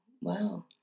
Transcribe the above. wow